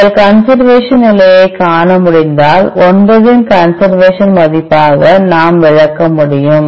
நீங்கள் கன்சர்வேஷன் நிலையை காண முடிந்தால் 9 இன் கன்சர்வேஷன் மதிப்பாக நாம் விளக்க முடியும்